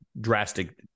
drastic